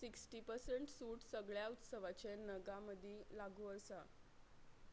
sixty percent सूट सगळ्या उत्सवाचे नगां मदीं लागू आसा